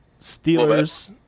Steelers